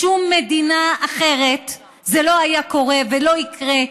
בשום מדינה אחרת זה לא היה קורה, ולא יקרה.